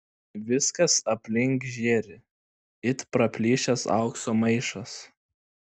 viskas aplink žėri it praplyšęs aukso maišas